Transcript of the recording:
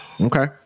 Okay